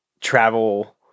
travel